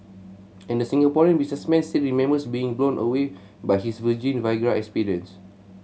and the Singaporean businessman still remembers being blown away by his virgin Viagra experience